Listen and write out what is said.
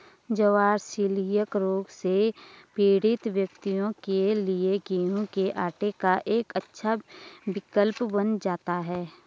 ज्वार celiac रोग से पीड़ित व्यक्तियों के लिए गेहूं के आटे का एक अच्छा विकल्प बन जाता है